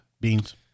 Beans